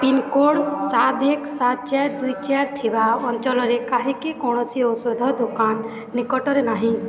pincode ସାତ ଏକ ସାତ ଚାରି ଦୁଇ ଚାରି ଥିବା ଅଞ୍ଚଳରେ କାହିଁକି କୌଣସି ଔଷଧ ଦୋକାନ ନିକଟରେ ନାହିଁ